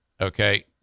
okay